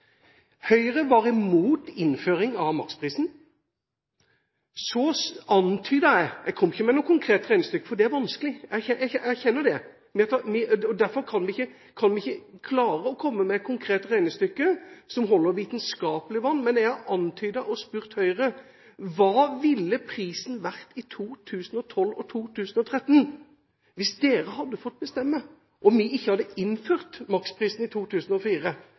Høyre var imot innføring av makspris. Jeg kom ikke med noe konkret regnestykke, for jeg erkjenner at det er vanskelig, og at vi ikke kan klare å komme med et konkret regnestykke som holder vann vitenskapelig sett, men jeg har antydet og spurt Høyre: Hva ville prisen vært i 2012 og 2013 hvis dere hadde fått bestemme, og vi ikke hadde innført maksprisen i 2004?